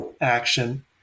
action